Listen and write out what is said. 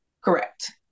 correct